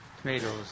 tomatoes